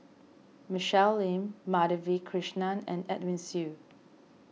Michelle Lim Madhavi Krishnan and Edwin Siew